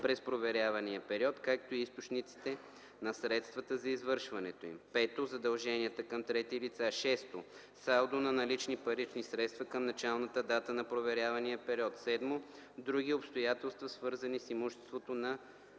през проверявания период, както и източниците на средствата за извършването им; 5. задълженията към трети лица; 6. салдо на налични парични средства към началната дата на проверявания период; 7. други обстоятелства, свързани с имуществото на